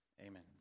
Amen